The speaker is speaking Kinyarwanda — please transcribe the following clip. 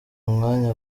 umwanya